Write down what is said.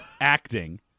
acting